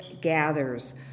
gathers